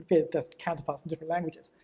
but it doesn't counter pass in different languages,